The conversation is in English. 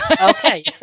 Okay